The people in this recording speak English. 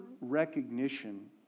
recognition